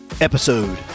episode